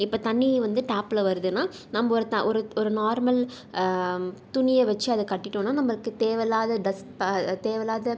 இப்போ தண்ணி வந்து டேப்பில் வருதுன்னா நம்ம ஒருத்த ஒரு ஒரு நார்மல் துணியை வெச்சு அதை கட்டிட்டோம்ன்னா நம்மளுக்குத் தேவையில்லாத டஸ்ட் ப த தேவையில்லாத